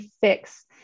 fix